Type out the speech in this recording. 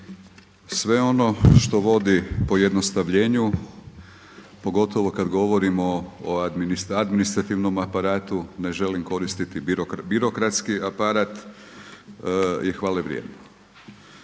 Sve ono što vodi pojednostavljenju, pogotovo kada govorimo o administrativnom aparatu ne želim koristiti birokratski aparat je hvale vrijedno.